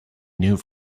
new